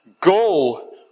goal